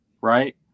right